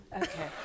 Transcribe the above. Okay